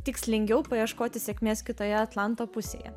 tikslingiau paieškoti sėkmės kitoje atlanto pusėje